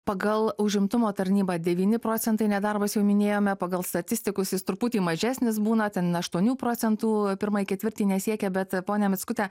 pagal užimtumo tarnybą devyni procentai nedarbas jau minėjome pagal statistikus jis truputį mažesnis būna ten aštuonių procentų pirmąjį ketvirtį nesiekė bet ponia mickute